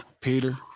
Peter